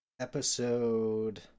episode